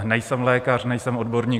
Nejsem lékař, nejsem odborník.